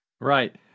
Right